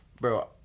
Bro